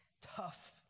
tough